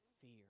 fear